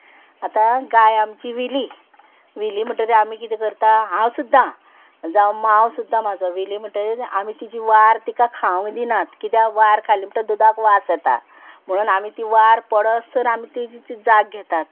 आतां गाय आमची विली विली म्हणटरी आमी किदें करता हांव सुद्दां जावं मांव सुद्दां म्हाजो विली म्हणटगीर आमी तिची वार तिका खावंक दिनात कित्याक वार खाली म्हणटा दुदाक वास येता म्हणून आमी ती वार पडस तर आमी तेजी जाग घेतात